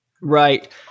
right